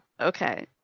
okay